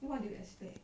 what do you expect